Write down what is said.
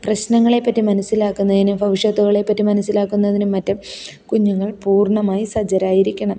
പ്രശ്നങ്ങളെപ്പറ്റി മനസ്സിലാക്കുന്നതിനും ഭവിഷ്യത്തുകളെപ്പറ്റി മനസ്സിലാക്കുന്നതിനും മറ്റും കുഞ്ഞുങ്ങള് പൂര്ണ്ണമായി സജ്ജരായിരിക്കണം